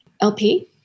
LP